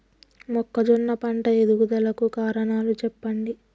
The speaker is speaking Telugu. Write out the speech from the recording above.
మొక్కజొన్న పంట ఎదుగుదల కు కారణాలు చెప్పండి?